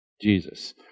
Jesus